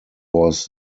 was